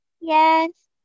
Yes